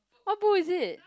what book is it